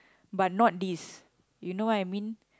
but not this you know what I mean